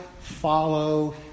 follow